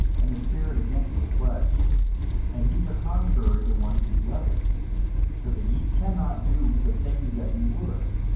and the spirit against the flesh and these are contrary the one to the other so that ye cannot do the things that ye would.